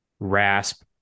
rasp